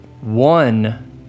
one